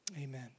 Amen